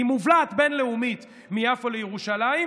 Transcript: עם מובלעת בין-לאומית מיפו לירושלים.